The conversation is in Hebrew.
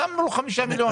אז זמנו 5 מיליון.